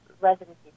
residency